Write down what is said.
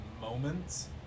moments